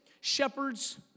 Shepherds